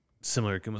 similar